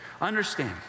Understand